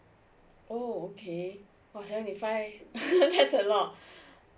oh okay for seventy five that's a lot